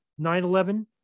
9-11